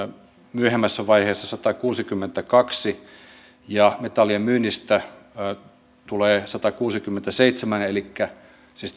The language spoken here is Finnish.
myöhemmässä vaiheessa satakuusikymmentäkaksi ja metallien myynnistä tulee satakuusikymmentäseitsemän siis